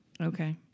Okay